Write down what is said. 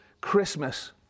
Christmas